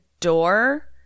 door